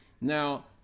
Now